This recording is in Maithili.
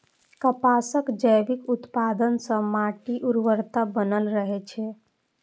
कपासक जैविक उत्पादन सं माटिक उर्वरता बनल रहै छै